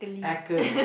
aca~